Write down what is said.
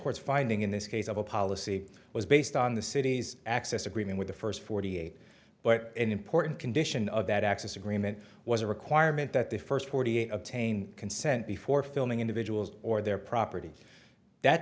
course finding in this case of a policy was based on the city's access agreement with the first forty eight but an important condition of that access agreement was a requirement that the first forty eight obtain consent before filming individuals or their property that